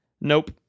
Nope